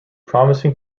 promising